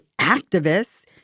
activists